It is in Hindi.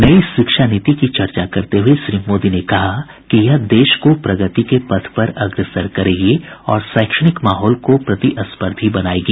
नई शिक्षा नीति की चर्चा करते हुए श्री मोदी ने कहा कि यह देश को प्रगति के पथ पर अग्रसर करेगी और शैक्षणिक माहौल को प्रतिस्पर्धी बनायेगी